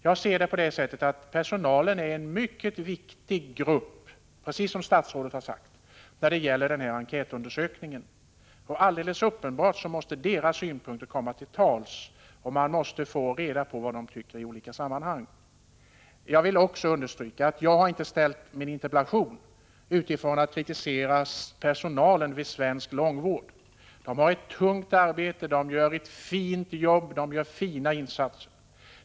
Jag ser det så, att personalen är en mycket viktig grupp — precis som statsrådet har sagt — när det gäller enkätundersökningen. Alldeles uppenbart måste personalen komma till tals med sina synpunkter, och man måste få reda på vad personalen tycker i olika sammanhang. Jag vill också understryka att jag inte har framställt min interpellation i avsikt att kritisera personalen vid svensk långvård. De anställda inom långvården har ett tungt arbete, de gör ett bra jobb och fina insatser.